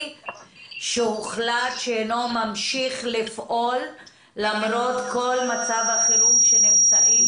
שהוחלט שאינו ממשיך לפעול למרות כל מצב החירום שנמצאים